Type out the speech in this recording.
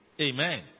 Amen